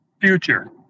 future